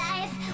Life